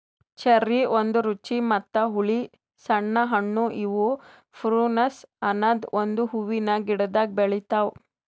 cherry ಒಂದ್ ರುಚಿ ಮತ್ತ ಹುಳಿ ಸಣ್ಣ ಹಣ್ಣು ಇವು ಪ್ರುನುಸ್ ಅನದ್ ಒಂದು ಹೂವಿನ ಗಿಡ್ದಾಗ್ ಬೆಳಿತಾವ್